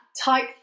type